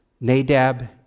Nadab